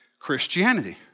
Christianity